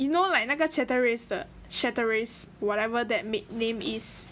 you know like 那个 Chateraise 的 Chateraise whatever that name is